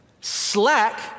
Slack